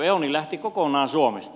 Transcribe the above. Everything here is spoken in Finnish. on lähti kokonaan suomesta